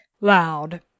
Loud